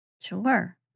Sure